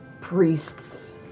priests